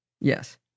Yes